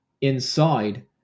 inside